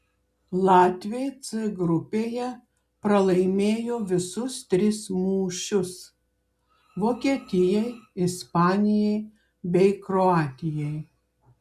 latviai c grupėje pralaimėjo visus tris mūšius vokietijai ispanijai bei kroatijai